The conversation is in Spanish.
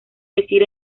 decir